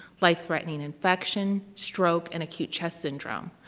life-threatening infection, stroke, and acute chest syndrome.